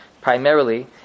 primarily